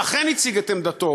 שאכן הציג את עמדתו,